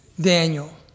Daniel